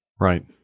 Right